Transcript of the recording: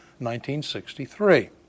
1963